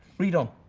read on.